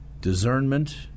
discernment